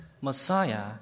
Messiah